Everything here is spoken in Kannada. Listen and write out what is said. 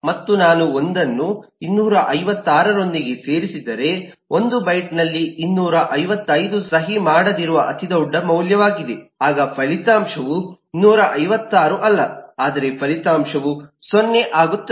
ಮತ್ತು ನಾನು 1 ಅನ್ನು 256 ರೊಂದಿಗೆ ಸೇರಿಸಿದರೆ 1 ಬೈಟ್ನಲ್ಲಿ 255 ಸಹಿ ಮಾಡದಿರುವ ಅತಿದೊಡ್ಡ ಮೌಲ್ಯವಾಗಿದೆ ಆಗ ಫಲಿತಾಂಶವು 256 ಅಲ್ಲ ಆದರೆ ಫಲಿತಾಂಶವು 0 ಆಗುತ್ತದೆ